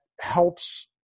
helps